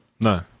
No